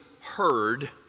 heard